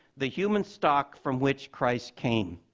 the human stock from which christ came.